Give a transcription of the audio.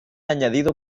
añadido